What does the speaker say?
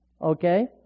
Okay